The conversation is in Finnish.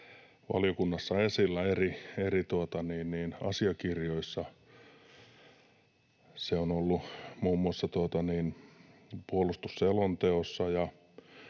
valiokunnassa esillä eri asiakirjoissa. Se on ollut muun muassa puolustusselonteossa